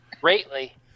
greatly